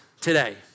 today